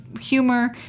humor